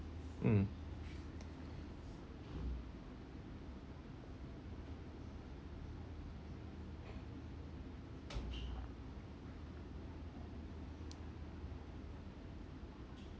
mm